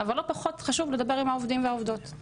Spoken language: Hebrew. אבל לא פחות חשוב לדבר עם העובדים והעובדות ואני